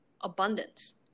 abundance